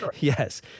yes